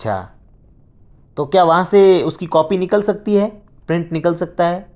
اچھا تو کیا وہاں سے اس کی کاپی نکل سکتی ہے پرنٹ نکل سکتا ہے